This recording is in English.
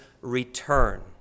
return